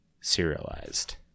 serialized